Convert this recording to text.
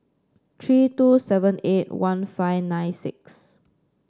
three two seven eight one five nine six